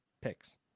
Picks